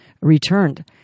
returned